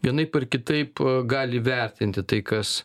vienaip ar kitaip gali vertinti tai kas